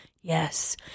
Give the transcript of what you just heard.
Yes